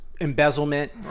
embezzlement